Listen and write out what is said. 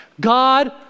God